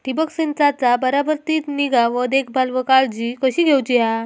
ठिबक संचाचा बराबर ती निगा व देखभाल व काळजी कशी घेऊची हा?